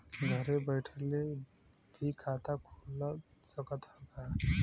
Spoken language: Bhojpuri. घरे बइठले भी खाता खुल सकत ह का?